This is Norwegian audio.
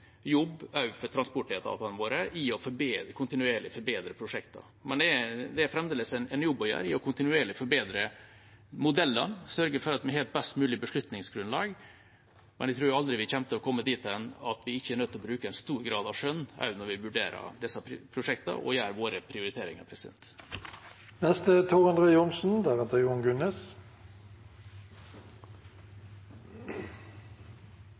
jobb for transportetatene våre kontinuerlig å forbedre prosjektene. Det er fremdeles en jobb å gjøre i det å kontinuerlig forbedre modellene og sørge for at vi har et best mulig beslutningsgrunnlag. Jeg tror vi aldri kommer dit hen at vi ikke er nødt til å bruke en stor grad av skjønn når vi vurderer disse prosjektene og gjør våre prioriteringer.